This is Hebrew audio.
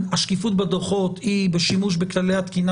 השקיפות בדוחות היא בשימוש בכללי התקינה